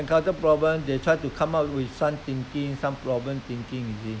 encounter problem they try to come up with some thinking some problem thinking you see